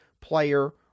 player